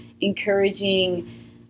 encouraging